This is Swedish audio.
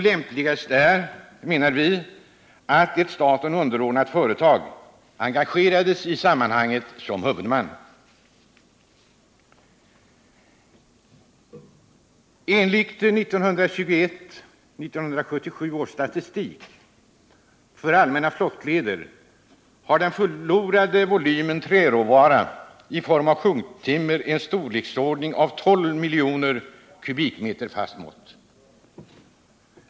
Lämpligast är att ett staten underordnat företag engageras i sammanhanget som huvudman. Enligt 1921-1977 års statistik för allmänna flottleder har den förlorade volymen träråvara i form av sjunktimmer en storleksordning av 12 miljoner m? fast mått.